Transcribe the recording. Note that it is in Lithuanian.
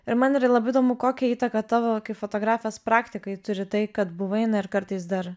ir man yra labai įdomu kokią įtaką tavo kaip fotografės praktikai turi tai kad buvai na ir kartais dar